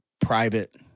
private